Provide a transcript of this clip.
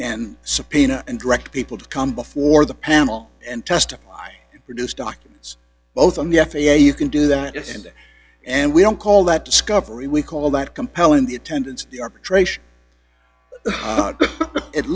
can subpoena and direct people to come before the panel and testify produce documents both on the f a a you can do that and and we don't call that discovery we call that compelling the attendance the arbitration it